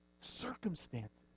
circumstances